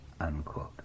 unquote